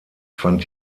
fand